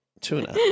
Tuna